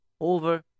over